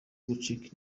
gucika